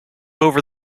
over